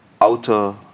outer